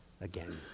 again